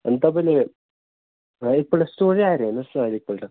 होइन तपाईँले एक पल्ट स्टोर आएर हेर्नु होस् न एक पल्ट